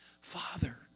father